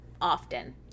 often